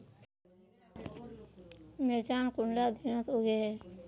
मिर्चान कुंडा दिनोत उगैहे?